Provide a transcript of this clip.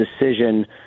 decision